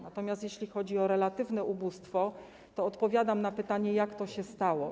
Natomiast jeśli chodzi o relatywne ubóstwo, to odpowiadam na pytanie, jak to się stało.